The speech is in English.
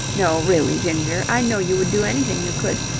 no, really, ginger, i know you would do anything you could,